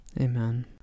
Amen